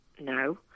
No